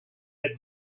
had